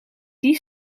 die